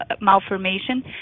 malformation